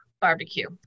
barbecue